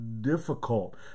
difficult